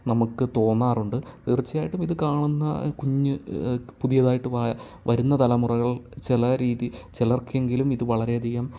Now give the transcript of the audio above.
നമുക്ക് തോന്നാറുണ്ട് തീർച്ചയായിട്ടും ഇത് കാണുന്ന കുഞ്ഞ് പുതിയതായിട്ട് വരുന്ന തലമുറകൾ ചില രീതി ചിലർക്കെങ്കിലും ഇത് വളരെയധികം